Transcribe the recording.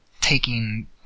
taking